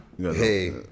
Hey